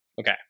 okay